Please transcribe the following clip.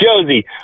Josie